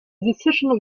decision